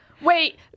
Wait